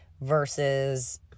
versus